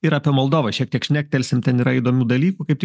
ir apie moldovą šiek tiek šnektelsim ten yra įdomių dalykų kaip tik